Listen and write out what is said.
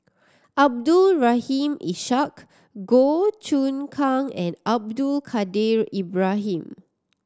Abdul Rahim Ishak Goh Choon Kang and Abdul Kadir Ibrahim